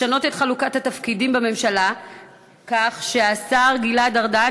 לשנות את חלוקת התפקידים בממשלה כך שהשר גלעד ארדן